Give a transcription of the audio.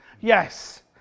Yes